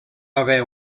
haver